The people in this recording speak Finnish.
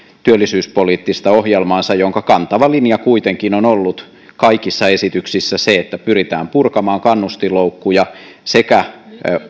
työllisyyspoliittista ohjelmaansa jonka kantava linja kuitenkin on ollut kaikissa esityksissä se että pyritään purkamaan kannustinloukkuja sekä